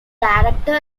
director